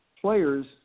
players